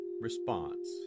response